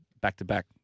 back-to-back